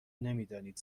نمیدانید